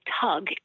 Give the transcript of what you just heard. tug